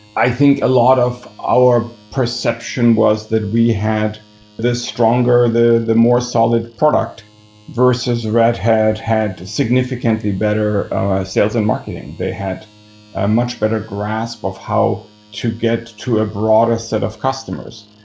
i think a lot of our perception was that we had the stronger, the the more solid product versus red hat had significantly better sales and marketing. they had a much better grasp of how to get to a broader set of customers.